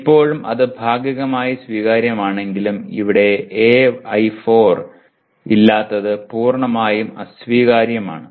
ഇപ്പോഴും അത് ഭാഗികമായി സ്വീകാര്യമാണെങ്കിലും ഇവിടെ AI4 ഇല്ലാത്തത് പൂർണ്ണമായും അസ്വീകാര്യമാണ്